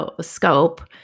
scope